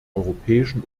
europäischen